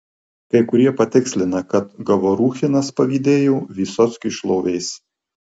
kai kurie patikslina kad govoruchinas pavydėjo vysockiui šlovės